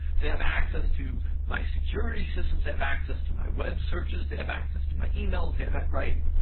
they have access to my security systems, they have access to my web searches, they have access to my emails, they have. right?